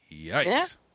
Yikes